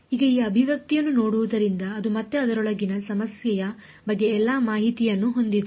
ಈಗ ಈ ಅಭಿವ್ಯಕ್ತಿಯನ್ನು ನೋಡುವುದರಿಂದ ಅದು ಮತ್ತೆ ಅದರೊಳಗಿನ ಸಮಸ್ಯೆಯ ಬಗ್ಗೆ ಎಲ್ಲಾ ಮಾಹಿತಿಯನ್ನು ಹೊಂದಿದೆ